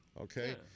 Okay